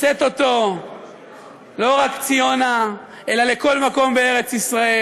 לשאת אותו לא רק ציונה אלא לכל מקום בארץ-ישראל.